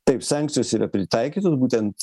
taip sankcijos yra pritaikytos būtent